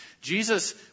Jesus